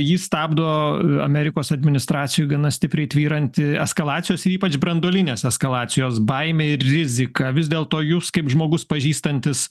jį stabdo amerikos administracijo gana stipriai tvyranti eskalacijos ir ypač branduolinės eskalacijos baimė ir rizika vis dėlto jūs kaip žmogus pažįstantis